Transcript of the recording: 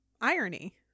irony